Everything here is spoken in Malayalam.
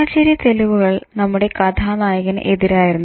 സാഹചര്യ തെളിവുകൾ നമ്മുടെ കഥാനായകന് എതിരായിരുന്നു